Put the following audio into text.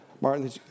Martin